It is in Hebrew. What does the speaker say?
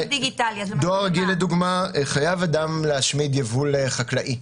בדואר רגיל לדוגמה חייב אדם להשמיד יבול חקלאי.